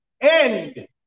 end